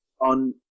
on